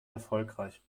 erfolgreich